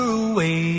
away